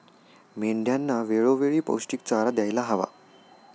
मेंढ्यांना वेळोवेळी पौष्टिक चारा द्यायला हवा